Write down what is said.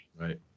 Right